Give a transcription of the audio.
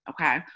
okay